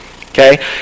okay